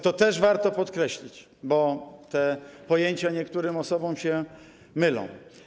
To też warto podkreślić, bo te pojęcia niektórym osobom się mylą.